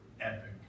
epic